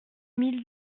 mille